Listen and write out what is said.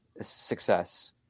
success